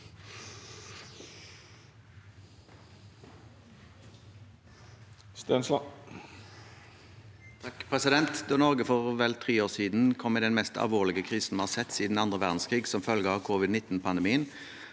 (H) Da Norge for vel tre år siden kom i den mest alvorlige krisen vi har sett siden den andre verdenskrigen som følge av covid19-pandemien,